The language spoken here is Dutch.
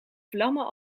vlammen